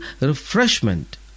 refreshment